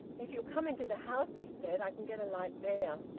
if you'll come into the house, he said, i can get a light there.